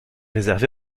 réservé